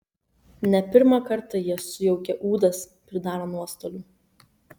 ne pirmą kartą jie sujaukia ūdas pridaro nuostolių